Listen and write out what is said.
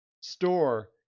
store